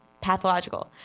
pathological